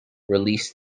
release